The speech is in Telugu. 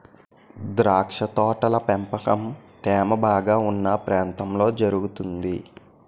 ద్రాక్ష తోటల పెంపకం తేమ బాగా ఉన్న ప్రాంతాల్లో జరుగుతుంది